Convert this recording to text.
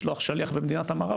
לשלוח שליח במדינת המערב,